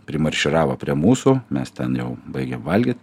primarširavo prie mūsų mes ten jau baigėm valgyt